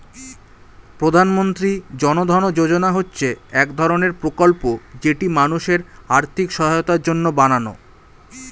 প্রধানমন্ত্রী জন ধন যোজনা হচ্ছে এক ধরণের প্রকল্প যেটি মানুষের আর্থিক সহায়তার জন্য বানানো